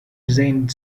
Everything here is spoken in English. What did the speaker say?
resigned